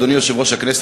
אדוני יושב ראש-הכנסת,